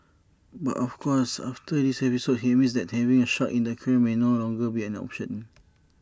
but of course after this episode he admits that having sharks in the aquarium may no longer be an option